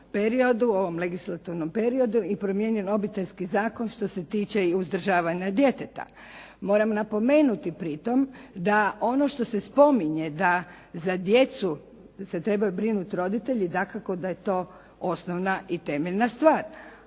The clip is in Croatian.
periodu, u ovom legislatornom periodu i promijenjen Obiteljski zakon što se tiče i uzdržavanja djeteta. Moram napomenuti pritom da ono što se spominje da za djecu se trebaju brinuti roditelji, dakako da je to osnovna i temeljna stvar